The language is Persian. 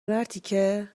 مرتیکه